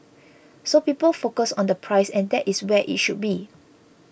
so people focus on the price and that is where it should be